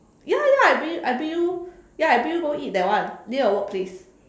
ya ya I bring you I bring you ya I bring you go eat that one near your workplace